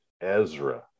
Ezra